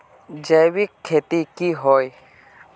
जैविक खेती की होय?